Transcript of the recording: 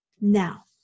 Now